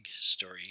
story